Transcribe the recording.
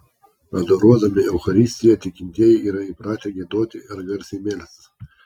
adoruodami eucharistiją tikintieji yra įpratę giedoti ar garsiai melstis